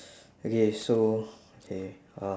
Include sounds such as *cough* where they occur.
*breath* okay so okay uh